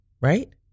right